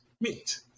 meet